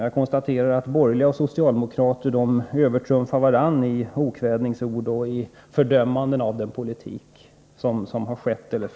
Jag konstaterar att de borgerliga och socialdemokraterna övertrumfar varandra i fråga om okvädinsord och fördömanden av den politik som förs.